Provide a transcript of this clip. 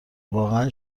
واقعا